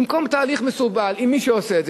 במקום תהליך מסורבל עם מי שעושה את זה,